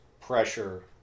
pressure